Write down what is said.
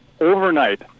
overnight